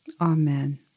Amen